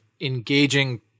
engaging